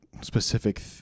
specific